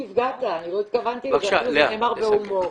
אני לא התכוונתי לזה אפילו שזה נאמר בהומור.